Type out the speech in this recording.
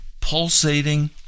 pulsating